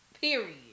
Period